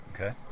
Okay